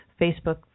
Facebook